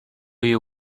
you